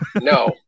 No